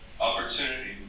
opportunity